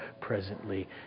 presently